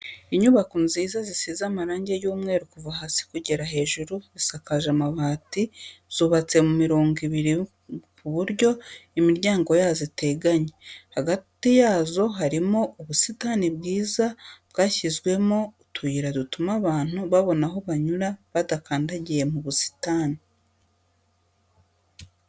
Inyubako nziza zisize amarangi y'umweru kuva hasi kugera hejuru, zisakaje amabati, zubatse mu mirongo ibiri ku buryo imiryango yazo iteganye, hagati yazo harimo ubusitani bwiza bwashyizwemo utuyira dutuma abantu babona aho banyura badakandagiye mu busitani.